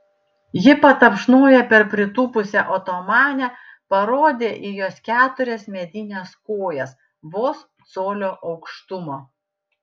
ji patapšnojo per pritūpusią otomanę parodė į jos keturias medines kojas vos colio aukštumo